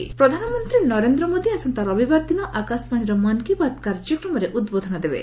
PM Mann Ki Baat ପ୍ରଧାନମନ୍ତ୍ରୀ ନରେନ୍ଦ୍ର ମୋଦି ଆସନ୍ତା ରବିବାର ଦିନ ଆକାଶବାଣୀର ମନ୍କୀ ବାତ୍ କାର୍ଯ୍ୟକ୍ରମରେ ଉଦ୍ବୋଧନ ଦେବେ